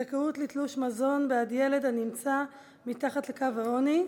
זכאות לתלוש מזון בעד ילד הנמצא מתחת לקו העוני).